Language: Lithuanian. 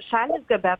šalys gabe